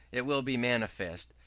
it will be manifest,